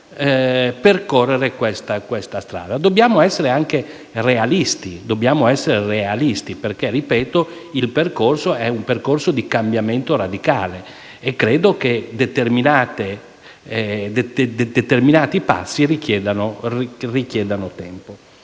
percorrere questa strada. Dobbiamo essere anche realisti, perché - ripeto - il percorso è di cambiamento radicale e credo che determinati passi richiedano tempo.